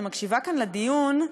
אני מקשיבה כאן לדיון,